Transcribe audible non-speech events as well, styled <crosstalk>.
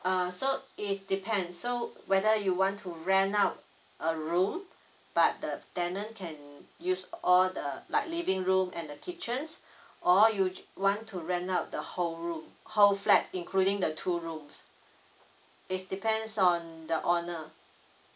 uh so it depends so whether you want to rent out a room but the tenant can use all the like living room and the kitchen <breath> or you ju~ want to rent out the whole room whole flat including the two rooms it's depends on the owner